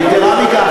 יתרה מכך,